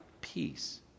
peace